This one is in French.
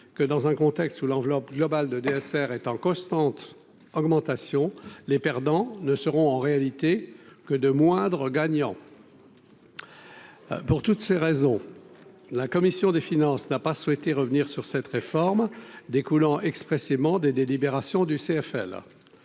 que dans un contexte où l'enveloppe globale de DSR est en constante augmentation, les perdants ne seront en réalité que de moindre gagnant pour toutes ces raisons, la commission des finances n'a pas souhaité revenir sur cette réforme découlant expressément des délibération du CFL